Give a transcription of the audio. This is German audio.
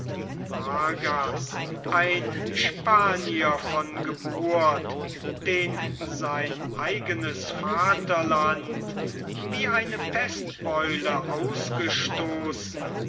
vargas ein spanier von geburt den sein eigenes vaterland wie eine pestbeule ausgestoßen